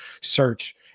search